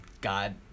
god